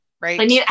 right